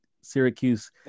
Syracuse